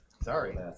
Sorry